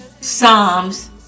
Psalms